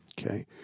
Okay